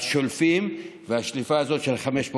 אז שולפים, והשליפה הזאת היא של 500 שקל.